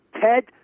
Ted